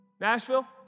Nashville